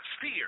fear